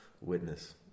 witness